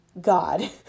God